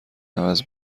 عوض